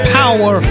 power